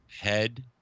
head